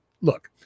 look